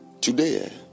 today